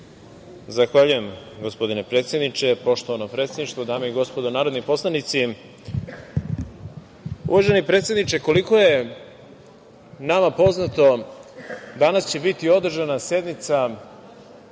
Zahvaljujem, gospodine predsedniče. Poštovano predsedništvo, dame i gospodo narodni poslanici, uvaženi predsedniče, koliko je nama poznato danas će biti održana sednica